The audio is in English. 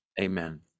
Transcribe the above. Amen